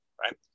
right